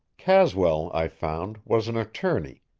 caswell, i found, was an attorney,